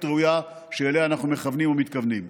הראויה שאליה אנחנו מכוונים ומתכוונים.